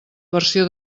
versió